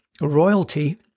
royalty